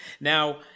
Now